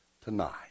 tonight